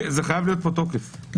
חייב להיות פה תוקף,